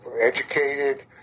educated